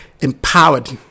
empowered